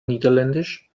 niederländisch